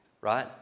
Right